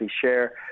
share